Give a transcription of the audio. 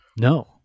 No